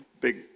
big